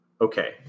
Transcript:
okay